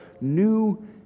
new